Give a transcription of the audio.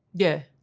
yeah,